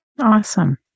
Awesome